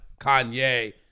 Kanye